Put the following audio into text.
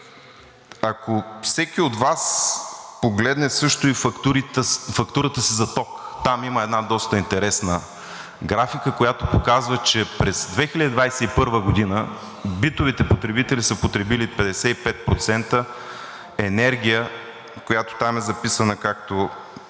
Ако всеки от Вас погледне също и фактурата си за ток, там има една доста интересна графика, която показва, че през 2021 г. битовите потребители са потребили 55% енергия, която там е записана както